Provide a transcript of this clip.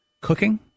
Cooking